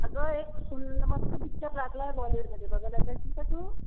अगं एक सुंदर मस्त पिच्चर लागला आहे बॉलीवूडमध्ये बघायला चलशील का तू